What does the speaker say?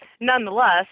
nonetheless